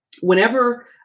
whenever